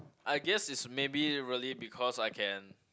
I guess is maybe really because I can